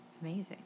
Amazing